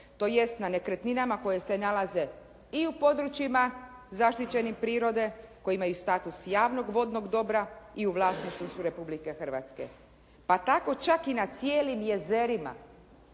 tj. na nekretninama koje se nalaze i u područjima zaštićenim prirode koji imaju status javnog vodnog dobra i u vlasništvu su Republike Hrvatske. Pa tako čak i na cijelim jezerima.